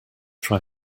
try